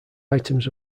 items